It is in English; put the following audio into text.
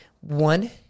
One